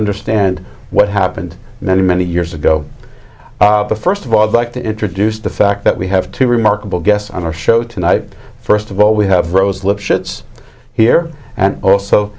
understand what happened many many years ago but first of all back to introduce the fact that we have two remarkable guests on our show tonight first of all we have rosa lipschitz here and also